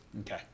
Okay